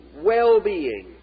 well-being